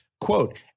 quote